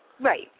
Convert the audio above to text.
Right